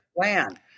plan